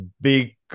big